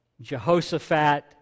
Jehoshaphat